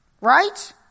right